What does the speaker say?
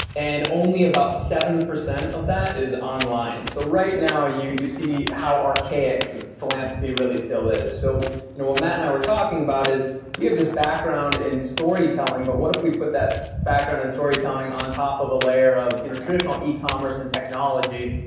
and only about seven percent of that is online, so right now you you see how archaic philanthropy really still is so what matt and i were talking about is we have this background in storytelling, but what if we put that background in storytelling on top of a layer of traditional ecommerce and technology,